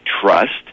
trust